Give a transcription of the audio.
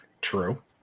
True